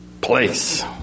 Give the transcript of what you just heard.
place